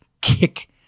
kick